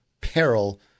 peril